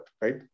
right